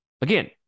again